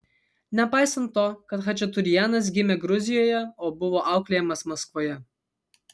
nepaisant to kad chačaturianas gimė gruzijoje o buvo auklėjamas maskvoje